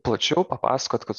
plačiau papasakot kad